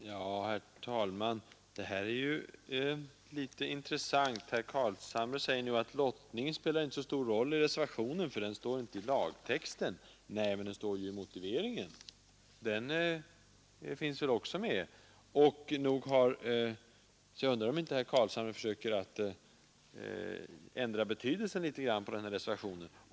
Herr talman! Det här är ju rätt intressant. Herr Carlshamre säger nu att lottningen inte spelar så stor roll i reservationen, för den finns inte med i lagtexten. Nej, men den står ju i motiveringen. Jag undrar om inte herr Carlshamre försöker ändra betydelsen av reservationen litet grand.